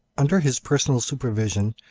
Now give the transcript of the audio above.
under his personal supervision,